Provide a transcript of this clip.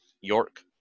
York